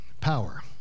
power